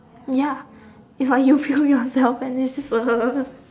ya it's like you feel yourself and it's a